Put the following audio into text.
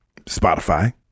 Spotify